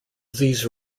these